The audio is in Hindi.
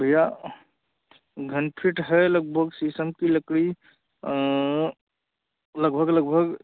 भैया घन फिट है लगभग शीशम की लकड़ी लगभग लगभग